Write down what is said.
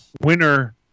winner